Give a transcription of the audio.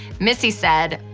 missy said,